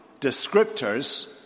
descriptors